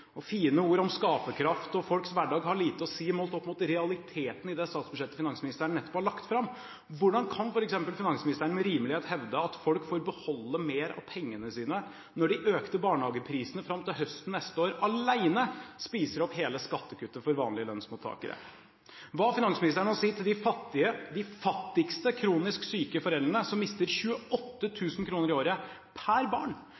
Fine ord om skaperkraft og folks hverdag har lite å si målt opp mot realiteten i det statsbudsjettet finansministeren nettopp har lagt fram. Hvordan kan f.eks. finansministeren med rimelighet hevde at folk får beholde mer av pengene sine når de økte barnehageprisene fram til høsten neste år alene spiser opp hele skattekuttet for vanlige lønnsmottakere? Hva har finansministeren å si til de fattigste kronisk syke foreldrene som mister 28 000 kr i året per barn